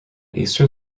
eastern